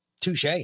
Touche